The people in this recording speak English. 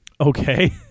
okay